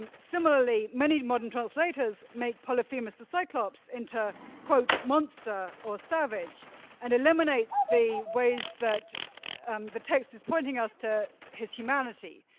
and similarly, many modern translators make polyphemus the cyclops into monster or savage and eliminate the ways that um the text is pointing us to his humanity.